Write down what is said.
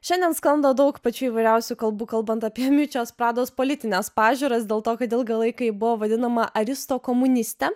šiandien sklando daug pačių įvairiausių kalbų kalbant apie čios prados politines pažiūras dėl to kad ilgą laiką buvo vadinama aristokomuniste